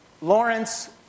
Lawrence